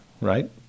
right